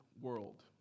World